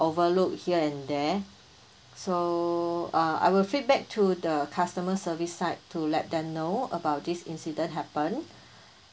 overlook here and there so uh I will feedback to the customer service side to let them know about this incident happen